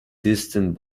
distant